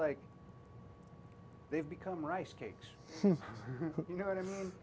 like they've become rice cakes you know what i mean